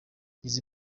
izi